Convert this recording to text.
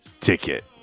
Ticket